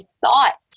thought